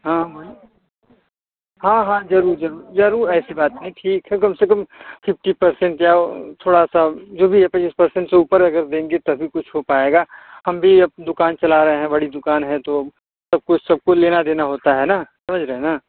हाँ मन हाँ हाँ जरूर जरूर जरूर ऐसी बात नहीं ठीक है कम से कम फिफ्टी पर्सेंट या थोड़ा सा जो भी है पचीस पर्सेंट से ऊपर अगर देंगी तभी कुछ हो पाएगा हम भी अब दुकान चला रहे हैं बड़ी दुकान है तो अब सब कुछ सबको लेना देना होता है न समझ रहे हैं न